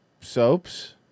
soaps